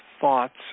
thoughts